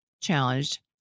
challenged